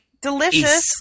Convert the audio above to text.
delicious